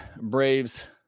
Braves